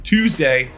Tuesday